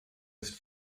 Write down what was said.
ist